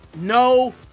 No